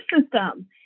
system